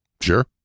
Sure